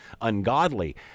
ungodly